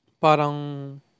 parang